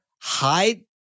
hide